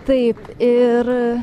taip ir